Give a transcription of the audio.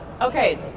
Okay